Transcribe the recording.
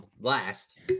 last